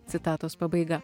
citatos pabaiga